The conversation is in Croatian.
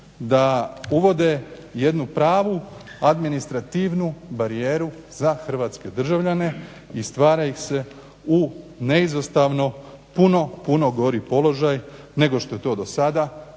da uvode jednu pravu administrativnu barijeru za hrvatske državljane i stavlja ih se u neizostavno puno, puno gori položaj nego što je to do sada